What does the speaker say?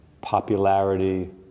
popularity